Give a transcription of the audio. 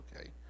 okay